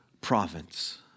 province